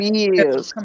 years